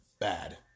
bad